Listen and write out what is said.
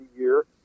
year